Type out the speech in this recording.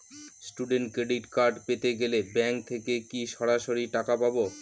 Student credit card পেতে গেলে bank থেকে কি সরাসরি টাকা পাবো?